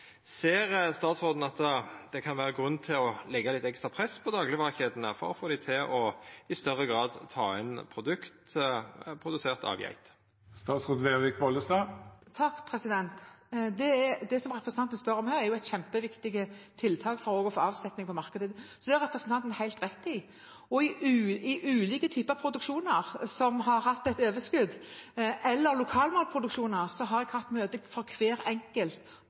Ser statsråden at det kan vera grunn til å leggja litt ekstra press på daglegvarekjedene for å få dei til i større grad å ta inn produkt produsert av geit? Det representanten spør om her, er et kjempeviktig tiltak også for å få avsetning på markedet, så det har representanten helt rett i. Og i ulike typer produksjoner som har hatt et overskudd, eller lokalmatproduksjoner, har jeg hatt møte med hver enkelt